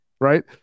right